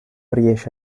riesce